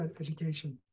Education